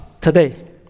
today